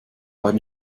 beim